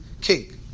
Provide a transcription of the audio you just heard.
king